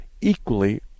equally